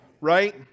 Right